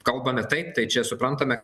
kalbame taip tai čia suprantame